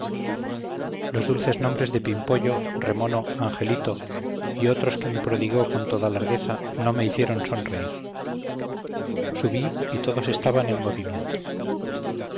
los dulces nombres de pimpollo remono angelito y otros que me prodigó con toda largueza no me hicieron sonreír subí y todos estaban en movimiento